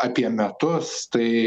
apie metus tai